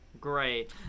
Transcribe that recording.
Great